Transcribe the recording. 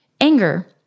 Anger